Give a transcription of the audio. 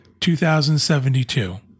$2,072